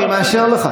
אני מאשר לך.